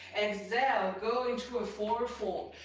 and so bgo into a floor fold.